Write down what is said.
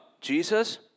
Jesus